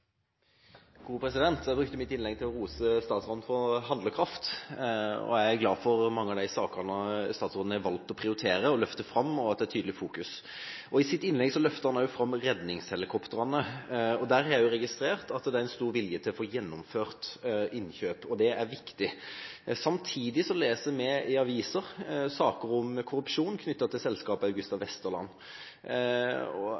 glad for mange av de sakene statsråden har valgt å prioritere å løfte fram, og at det er tydelig fokus. I sitt innlegg løftet han også fram redningshelikoptrene. Der har jeg registrert at det er stor vilje til å få gjennomført innkjøp, og det er viktig. Samtidig leser vi i aviser saker om korrupsjon knyttet til selskapet